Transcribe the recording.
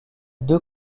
deux